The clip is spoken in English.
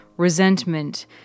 Resentment